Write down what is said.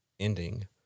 ending